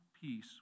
peace